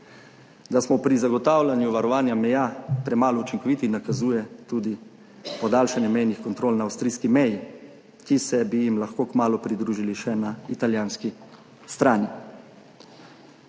Da smo pri zagotavljanju varovanja meja premalo učinkoviti nakazuje tudi podaljšanje mejnih kontrol na avstrijski meji, ki se bi jim lahko kmalu pridružili še na italijanski strani.